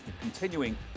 continuing